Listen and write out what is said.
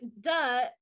duh